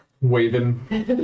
waving